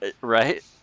right